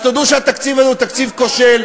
אז תודו שהתקציב הזה הוא תקציב כושל.